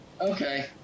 Okay